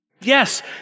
Yes